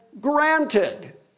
granted